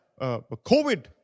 COVID